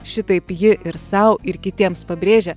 šitaip ji ir sau ir kitiems pabrėžia